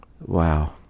Wow